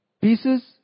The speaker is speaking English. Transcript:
pieces